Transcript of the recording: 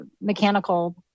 mechanical